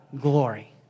glory